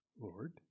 Lord